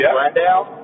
Glendale